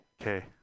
okay